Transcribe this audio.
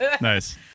Nice